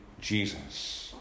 Jesus